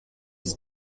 ist